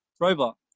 Robot